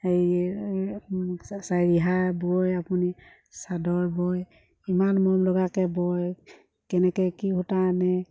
হেৰি ৰিহা বয় আপুনি চাদৰ বয় ইমান মৰম লগাকৈ বয় কেনেকৈ কি সূতা আনে